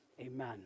Amen